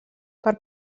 per